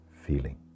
feeling